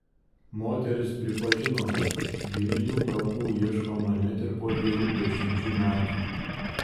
moteris pripažino kad giminių kapų ieškoma net ir po dviejų dešimčių metų